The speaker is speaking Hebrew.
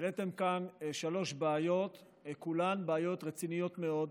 העליתם כאן שלוש בעיות, כולן בעיות רציניות מאוד,